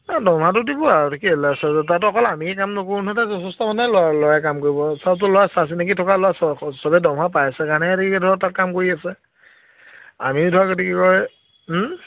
দৰমহাটো দিব আৰু কি হ'লে তাতো অকল আমিয়েই কাম নকৰোঁ নহয় তাত যথেষ্ট মানে ল'ৰা ল'ৰাই কাম কৰিব সবতো ল'ৰা চা চিনাকী থকা ল'ৰা সবেই দৰমহা পাই আছে কাৰণে এতিয়া ধৰক তাত কাম কৰি আছে আমিও ধৰক এইটো কি কয় ওম